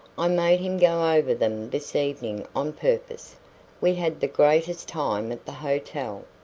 i made him go over them this evening on purpose we had the greatest time at the hotel.